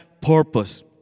purpose